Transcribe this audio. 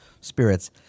spirits